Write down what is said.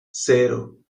cero